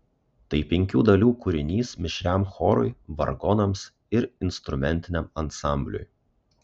tai penkių dalių kūrinys mišriam chorui vargonams ir instrumentiniam ansambliui